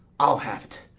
i'll have't